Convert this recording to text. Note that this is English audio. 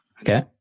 Okay